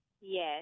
Yes